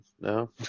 no